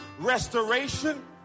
restoration